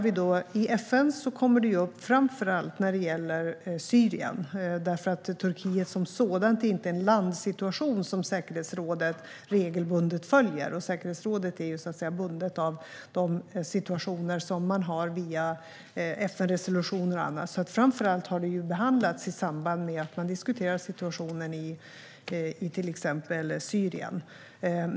I FN kommer det upp framför allt när det gäller Syrien, därför att Turkiet som sådant inte är en landssituation som säkerhetsrådet regelbundet följer. Säkerhetsrådet är ju bundet av de situationer som man har via FN-resolutioner och annat. Framför allt har Turkiet alltså behandlats i samband med att man diskuterar situationen i till exempel Syrien.